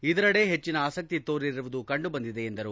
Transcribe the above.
ಇದರೆಡೆ ಹೆಚ್ಚಿನ ಆಸಕ್ತಿ ತೋರಿರುವುದು ಕಂಡು ಬಂದಿದೆ ಎಂದರು